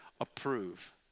approve